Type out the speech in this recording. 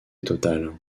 totale